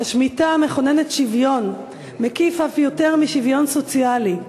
"השמיטה מכוננת שוויון מקיף אף יותר משוויון סוציאלי.